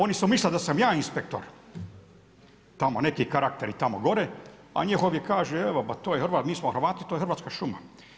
Oni su mislili da sam ja inspektor tamo neki karakteri tamo gore, a njihovi kažu evo pa to je, mi smo Hrvati, to je hrvatska šuma.